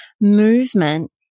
movement